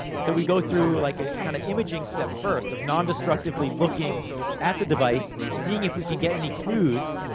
but so we go through an like ah kind of imaging step first, of non destructively looking at the device, seeing if we can get any clues,